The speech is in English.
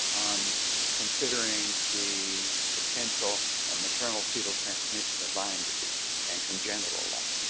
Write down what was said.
on considering the potential maternal-fetal transmission of lyme disease and congenital lyme